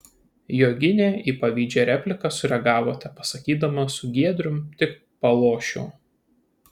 joginė į pavydžią repliką sureagavo tepasakydama su giedrium tik palošiau